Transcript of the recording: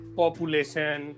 population